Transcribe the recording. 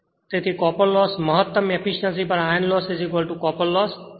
તેથી copper loss મહત્તમ efficiency પર આયર્ન લોસ કોપર લોસ